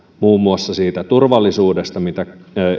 muun muassa siitä turvallisuudesta mitä